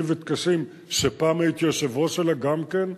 וטקסים שפעם הייתי היושב-ראש שלה גם כן,